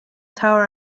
tower